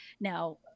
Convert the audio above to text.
now